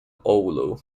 oulu